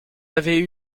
avez